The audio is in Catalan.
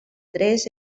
tres